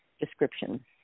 description